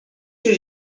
you